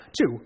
two